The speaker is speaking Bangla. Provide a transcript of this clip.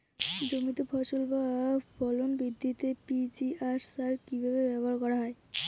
জমিতে ফসল বা ফলন বৃদ্ধিতে পি.জি.আর সার কীভাবে ব্যবহার করা হয়?